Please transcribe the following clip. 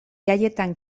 jaietan